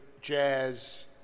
jazz